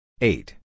Eight